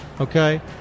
Okay